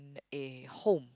a home